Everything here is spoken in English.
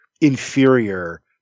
inferior